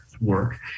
work